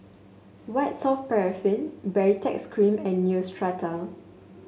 White Soft Paraffin Baritex Cream and Neostrata